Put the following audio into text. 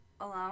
Alone